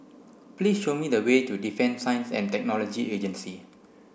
please show me the way to Defence Science and Technology Agency